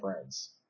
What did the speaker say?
friends